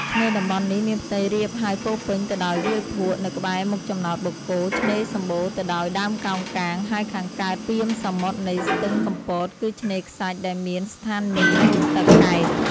ឆ្នេរតំបន់នេះ មានផ្ទៃរាបហើយពោរពេញទៅដោយវាលភក់ នៅក្បែរមុខចំណោតបូកគោ ឆ្នេរសំបូរទៅដោយដើមកោងកាង ហើយខាងកើតពាមសមុទ្រនៃស្ទឹងកំពត គឺឆ្នេរខ្សាច់ដែលមានស្ថានីយងូតទឹក កែប។